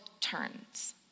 turns